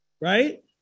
right